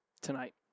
tonight